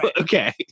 Okay